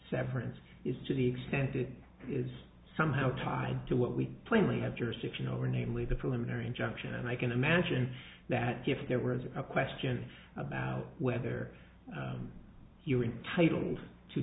severance is to the extent that is somehow tied to what we plainly have jurisdiction over namely the preliminary injunction and i can imagine that if there were a question about whether you are entitled to